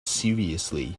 seriously